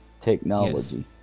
technology